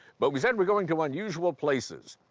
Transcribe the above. but we said we're going to unusual places,